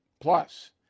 Plus